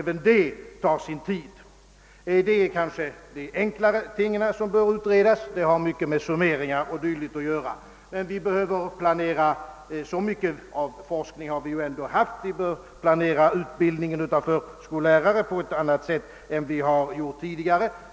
Kanske är det i stor utsträckning enkla ting som bör utredas, frågor som i stor utsträckning har med summeringar o.d. att göra, men så mycket har vi ändå av forskning, att vi vet, att vi behöver planera utbildningen av förskollärare på ett annat sätt än hittills.